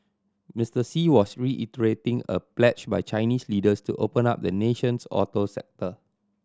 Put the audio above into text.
Mister Xi was reiterating a pledge by Chinese leaders to open up the nation's auto sector